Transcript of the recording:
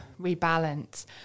rebalance